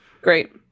Great